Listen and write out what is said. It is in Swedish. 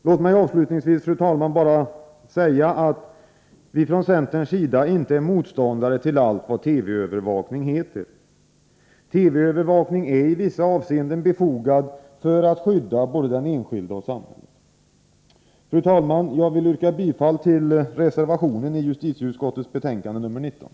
Låt mig avslutningsvis, fru talman, bara tillägga att vi inte är motståndare till allt vad TV-övervakning heter. TV-övervakning är i vissa avseenden befogad för att skydda både den enskilde och samhället. Fru talman! Jag yrkar bifall till reservationen i justitieutskottets betänkande 19.